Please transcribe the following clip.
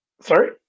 Sorry